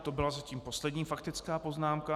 To byla zatím poslední faktická poznámka.